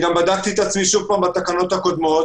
גם בדקתי את עצמי שוב בתקנות הקודמות.